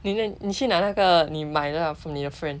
你你去了那个你买的 lah from 你的 friend